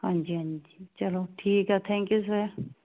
ਹਾਂਜੀ ਹਾਂਜੀ ਚਲੋ ਠੀਕ ਆ ਥੈਂਕ ਯੂ ਸਰ